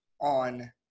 on –